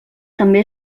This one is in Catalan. també